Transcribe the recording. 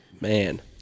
Man